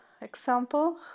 example